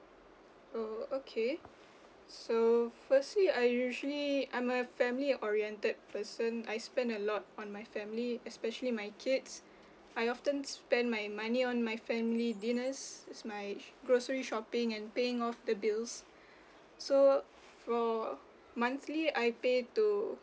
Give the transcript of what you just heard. oh okay so firstly I usually I'm a family oriented person I spend a lot on my family especially my kids I often spend my money on my family dinner just my grocery shopping and paying off the bills so for monthly I paid to